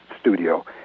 studio